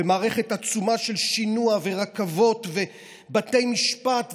ומערכת עצומה של שינוע ורכבות ובתי משפט,